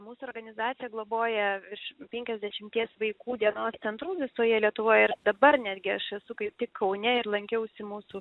mūsų organizacija globoja virš penkiasdešimties vaikų dienos centrų visoje lietuvoje ir dabar netgi aš esu kaip tik kaune ir lankiausi mūsų